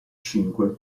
cinque